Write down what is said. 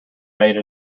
made